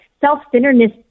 self-centeredness